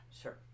sure